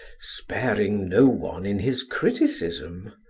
sparing no one in his criticism.